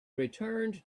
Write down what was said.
returned